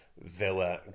Villa